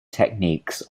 techniques